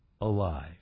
alive